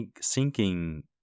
sinking